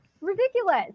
Ridiculous